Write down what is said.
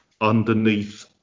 underneath